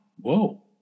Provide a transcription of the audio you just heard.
whoa